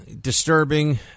disturbing